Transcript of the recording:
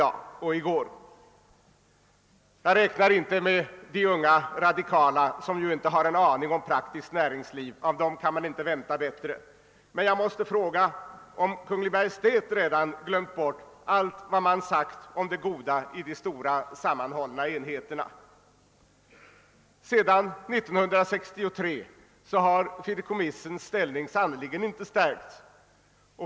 Jag syftar härvid inte på inläggen från de unga radikala, som ju inte har en aning om praktiskt näringsliv — av dem kan man inte vänta bättre — men jag måste fråga om Kungl. Maj:t redan glömt bort allt vad man uttalat beträffande fördelarna av de stora sammanhållna enheterna. Sedan 1963 har fideikommissens ställning sannerligen inte stärkts.